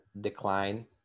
decline